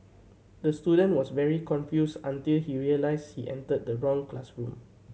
the student was very confused until he realised she entered the wrong classroom